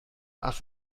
ass